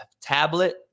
tablet